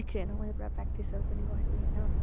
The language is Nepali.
बिग्रिएन मैले पुरा प्र्याक्टिसहरू पनि गरेँ होइन